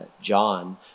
John